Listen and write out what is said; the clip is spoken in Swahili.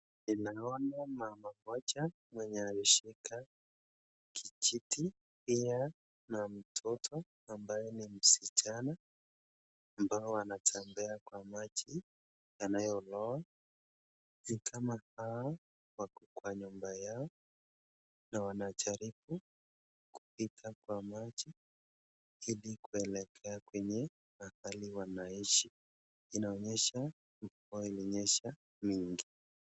Ninaona mama mmoja mwenye ameshika kijiti, pia na mtoto ambaye ni msichana, ambao wanatembea kwa maji yanayoloa. Ni kama hawa wako kwa nyumba yao na wanajaribu kupita kwa maji ili kuelekea kwenye mahali wanaishi. Inaonyesha mvua imenyesha mingi.